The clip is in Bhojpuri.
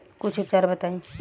कुछ उपचार बताई?